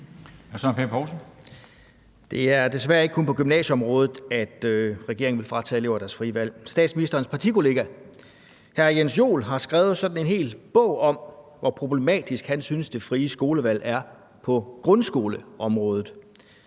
Det er desværre ikke kun på gymnasieområdet, at regeringen vil fratage elever deres frie valg. Statsministerens partikollega hr. Jens Joel har skrevet sådan en hel bog om, hvor problematisk han synes det frie skolevalg er på grundskoleområdet.